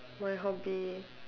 my hobby